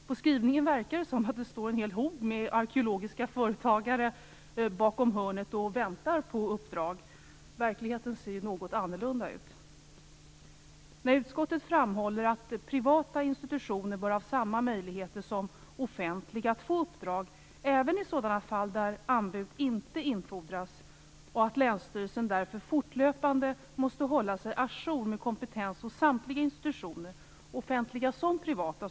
På den skrivningen verkar det som att det står en hel hop med arkeologiska företagare bakom hörnet och väntar på uppdrag. Verkligheten ser något annorlunda ut. Utskottet framhåller att privata institutioner bör ha samma möjligheter som offentliga att få uppdrag, även i sådana fall där anbud inte infordras, och att länsstyrelsen därför fortlöpande måste hålla sig à jour med kompetensen hos samtliga, offentliga som privata.